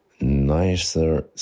nicer